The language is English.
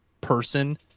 person